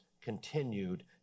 continued